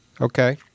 Okay